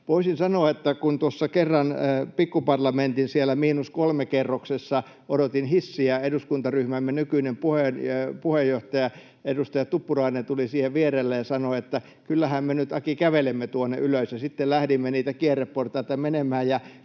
voisin sanoa, että kun tuossa kerran Pikkuparlamentin siellä -3. kerroksessa odotin hissiä, eduskuntaryhmämme nykyinen puheenjohtaja, edustaja Tuppurainen tuli siihen vierelle ja sanoi, että kyllähän me nyt, Aki, kävelemme tuonne ylös. Sitten lähdimme niitä kierreportaita menemään.